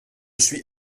suis